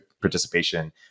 participation